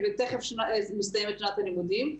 ותיכף מסתיימת שנת הלימודים,